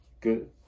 good